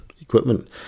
equipment